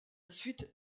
suite